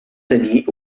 tenir